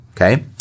okay